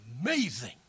amazing